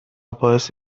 باعث